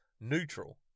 neutral